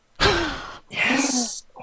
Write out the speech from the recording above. Yes